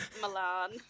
Milan